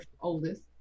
oldest